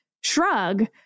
shrug